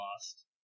lost